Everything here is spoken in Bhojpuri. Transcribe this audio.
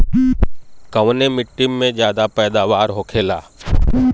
कवने मिट्टी में ज्यादा पैदावार होखेला?